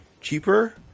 cheaper